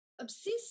obsessive